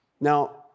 Now